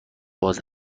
باز